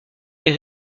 est